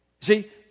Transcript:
See